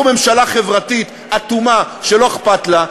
אנחנו ממשלה חברתית אטומה שלא אכפת לה,